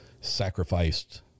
sacrificed